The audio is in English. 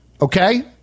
Okay